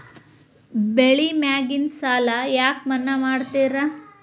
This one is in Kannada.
ಬೆಳಿ ಮ್ಯಾಗಿನ ಸಾಲ ಯಾಕ ಮನ್ನಾ ಮಾಡ್ತಾರ?